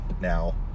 now